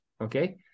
okay